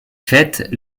fête